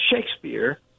Shakespeare